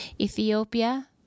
Ethiopia